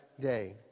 day